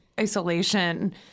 isolation